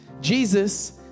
Jesus